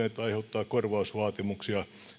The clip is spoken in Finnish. aiheuttaa korvausvaatimuksia